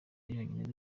yonyine